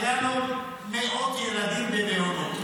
היו לו מאות ילדים במעונות,